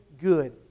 good